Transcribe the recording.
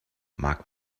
mag